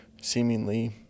seemingly